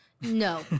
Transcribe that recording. No